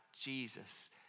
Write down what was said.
Jesus